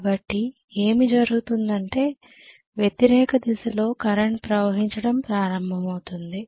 కాబట్టి ఏమి జరుగుతుందంటే వ్యతిరేక దిశలో కరెంట్ ప్రవహించడం ప్రారంభమవుతుంది